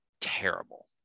terrible